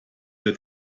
der